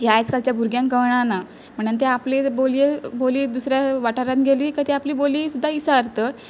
ह्या आयज कालच्या भुरग्यांक कळना म्हणान ते आपली बोलीये बोली दुसऱ्या वाठारांत गेली काय तीं आपली बोली सुद्दां इसारतत